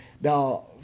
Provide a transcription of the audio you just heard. Now